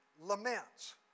laments